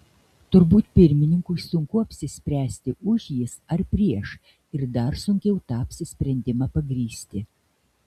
turbūt pirmininkui sunku apsispręsti už jis ar prieš ir dar sunkiau tą apsisprendimą pagrįsti